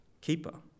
keeper